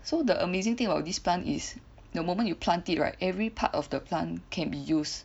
so the amazing thing about this plant is the moment you plant it right every part of the plant can be used